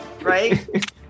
right